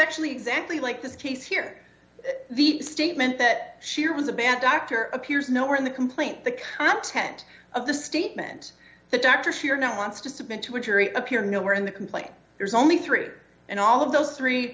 actually exactly like this case here the statement that she has a band doctor appears nowhere in the complaint the content of the statement the doctors here now wants to submit to a jury appear nowhere in the complaint there's only three and all of those